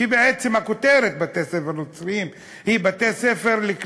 שבעצם הכותרת היא "בתי-ספר נוצריים"